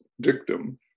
dictum